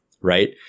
right